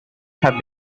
have